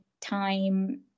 time